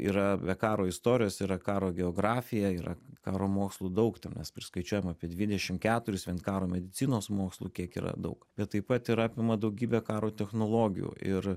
yra be karo istorijos yra karo geografija yra karo mokslų daug tai mes priskaičiuojam apie dvidešim keturis vien karo medicinos mokslų kiek yra daug bet taip pat ir apima daugybę karo technologijų ir